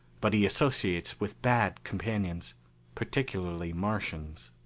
but he associates with bad companions particularly martians.